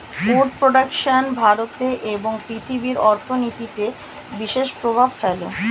would production ভারতে এবং পৃথিবীর অর্থনীতিতে বিশেষ প্রভাব ফেলে